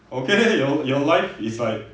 okay your your life is like